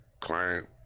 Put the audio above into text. Client